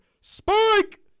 Spike